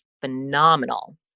phenomenal